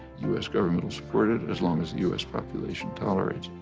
us government will support it as long as the us population tolerates